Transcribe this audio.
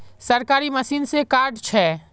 सरकारी मशीन से कार्ड छै?